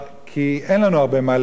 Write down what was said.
כי אין לנו הרבה מה להגיד,